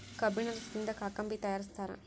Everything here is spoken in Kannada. ಕಬ್ಬಿಣ ರಸದಿಂದ ಕಾಕಂಬಿ ತಯಾರಿಸ್ತಾರ